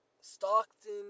Stockton